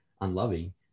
unloving